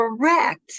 Correct